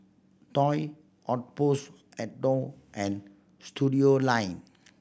Toy Outpost Adore and Studioline